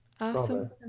awesome